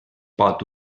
pot